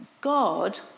God